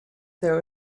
there